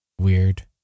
weird